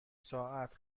ساعت